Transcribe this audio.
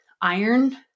iron